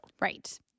right